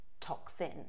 toxin